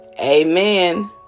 Amen